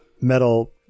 metal